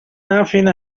nothing